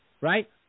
right